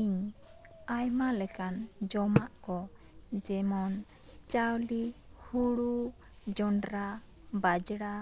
ᱤᱧ ᱟᱭᱢᱟ ᱞᱮᱠᱟᱱ ᱡᱚᱢᱟᱜ ᱠᱚ ᱡᱮᱢᱚᱱ ᱪᱟᱣᱞᱤ ᱦᱳᱲᱳ ᱡᱚᱱᱰᱨᱟ ᱵᱟᱡᱽᱲᱟ